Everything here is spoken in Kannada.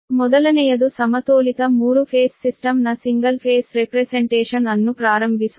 ಮೊದಲನೆಯದು ಸಮತೋಲಿತ 3 ಫೇಸ್ ಸಿಸ್ಟಮ್ ನ ಸಿಂಗಲ್ ಫೇಸ್ ರೆಪ್ರೆಸೆಂಟೇಷನ್ ಅನ್ನು ಪ್ರಾರಂಭಿಸೋಣ